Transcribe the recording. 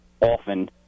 often